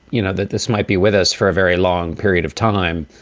you know, that this might be with us for a very long period of time.